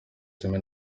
zimwe